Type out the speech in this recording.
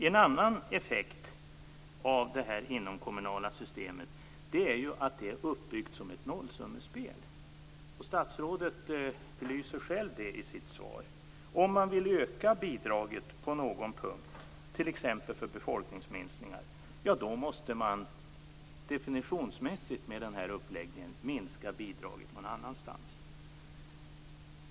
En annan effekt av det inomkommunala systemet är att det är uppbyggt som ett nollsummespel. Statsrådet belyser själv det i sitt svar. Om man vill öka bidraget på någon punkt, t.ex. för befolkningsminskningar, måste man med den här uppläggningen definitionsmässigt minska bidragen någon annanstans.